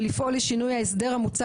ולפעול לשינוי ההסדר המוצע,